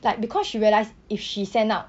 like because she realised if she send out